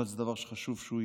אבל זה דבר שחשוב שיהיה,